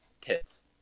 tits